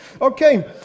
Okay